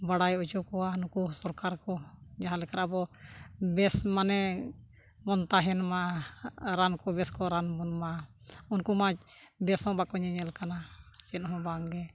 ᱵᱟᱲᱟᱭ ᱦᱚᱪᱚ ᱠᱚᱣᱟ ᱱᱩᱠᱩ ᱥᱚᱨᱠᱟᱨ ᱠᱚ ᱡᱟᱦᱟᱸ ᱞᱮᱠᱟ ᱟᱵᱚ ᱵᱮᱥ ᱢᱟᱱᱮ ᱵᱚᱱ ᱛᱟᱦᱮᱱ ᱢᱟ ᱨᱟᱱ ᱠᱚ ᱵᱮᱥ ᱠᱚ ᱨᱟᱱ ᱟᱵᱚᱱ ᱢᱟ ᱩᱱᱠᱩ ᱢᱟ ᱵᱮᱥ ᱦᱚᱸ ᱵᱟᱠᱚ ᱧᱮᱧᱮᱞ ᱠᱟᱱᱟ ᱪᱮᱫ ᱦᱚᱸ ᱵᱟᱝᱜᱮ